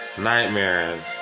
Nightmares